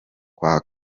kwa